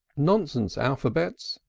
nonsense alphabets.